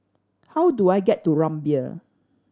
how do I get to Rumbia